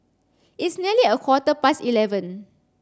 its nearly a quarter past eleven